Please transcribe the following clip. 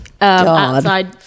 outside